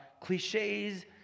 cliches